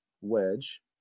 wedge